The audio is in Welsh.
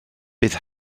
bydd